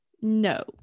no